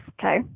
okay